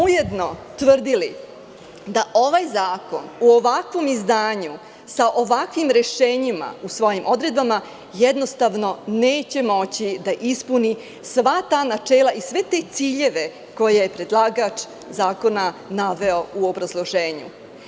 Ujedno smo tvrdili da ovaj zakon u ovakvom izdanju sa ovakvim rešenjima u svojim odredbama jednostavno neće moći da ispuni sva ta načela i sve te ciljeve koje je predlagač zakona naveo u obrazloženju.